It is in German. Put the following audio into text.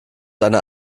einer